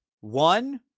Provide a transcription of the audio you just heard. one